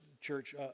church